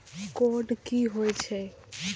Code की होय छै?